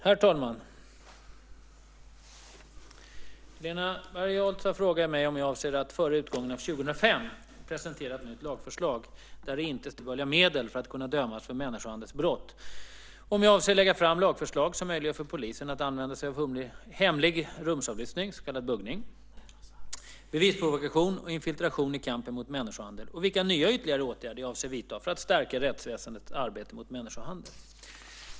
Herr talman! Helena Bargholtz har frågat mig om jag avser att - före utgången av 2005 - presentera ett nytt lagförslag där det inte ställs krav på att gärningsmannen ska ha använt otillbörliga medel för att kunna dömas för människohandelsbrott, om jag avser att lägga fram lagförslag som möjliggör för polisen att använda sig av hemlig rumsavlyssning, så kallad buggning, bevisprovokation och infiltration i kampen mot människohandel och vilka nya, ytterligare, åtgärder jag avser att vidta för att stärka rättsväsendets arbete mot människohandel.